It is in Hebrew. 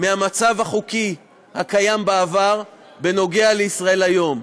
מהמצב החוקי הקיים בעבר בנוגע ל"ישראל היום",